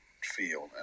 feel